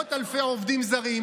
במאות אלפי עובדים זרים,